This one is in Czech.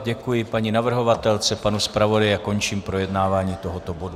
Děkuji paní navrhovatelce, panu zpravodaji a končím projednávání tohoto bodu.